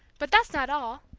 but that's not all.